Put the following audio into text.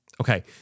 Okay